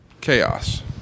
Chaos